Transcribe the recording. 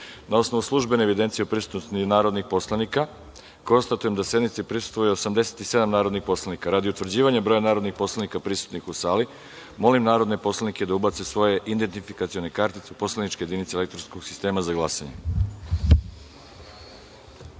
osnovu službene evidencije o prisutnosti narodnih poslanika, konstatujem da sednici prisustvuje 87 narodnih poslanika. Radi utvrđivanja broja narodnih poslanika prisutnih u sali, molim narodne poslanike da ubace svoje identifikacione kartice u poslaničke jedinice elektronskog sistema za